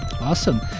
Awesome